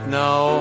now